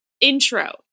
intro